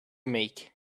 make